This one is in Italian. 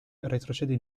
retrocede